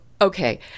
Okay